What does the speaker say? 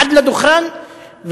עד לדוכן,